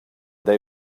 they